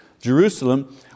Jerusalem